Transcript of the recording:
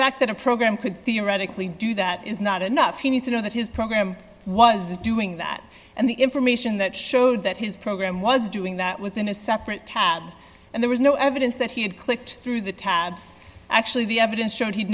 fact that a program could theoretically do that is not enough you need to know that his program was doing that and the information that showed that his program was doing that was in a separate tab and there was no evidence that he had clicked through the tabs actually the evidence showed he